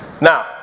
Now